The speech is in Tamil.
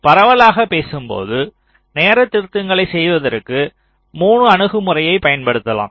பரவலாக பேசும்போது நேர திருத்தங்களை செய்வதற்கு 3 அணுகுமுறைகளைப் பயன்படுத்தலாம்